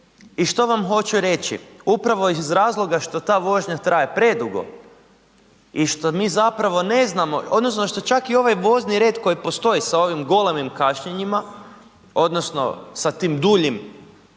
I što vam hoću reći, upravo iz razloga što ta vožnja traje predugo i što mi zapravo mi ne znamo, odnosno što čak i ovaj vozni red koji postoji sa ovim golemim kašnjenjima, odnosno sa tim duljim